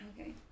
Okay